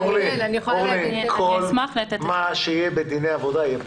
אורלי, כל מה שיהיה בדיני העבודה יהיה פה.